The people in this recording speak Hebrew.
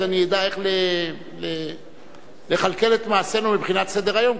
אז אני אדע איך לכלכל את מעשינו מבחינת סדר-היום,